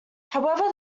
however